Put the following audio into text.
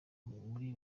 muri